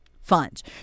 funds